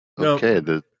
Okay